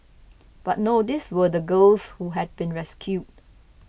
but no these were the girls who had been rescued